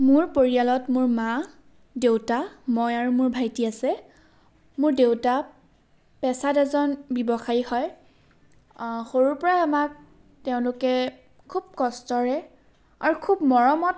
মোৰ পৰিয়ালত মোৰ মা দেউতা মই আৰু মোৰ ভাইটি আছে মোৰ দেউতা পেছাত এজন ব্যৱসায়ী হয় সৰুৰ পৰাই আমাক তেওঁলোকে খুব কষ্টৰে আৰু খুব মৰমত